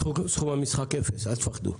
סכום המשחק אפס, אל תפחדו.